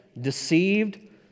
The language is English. deceived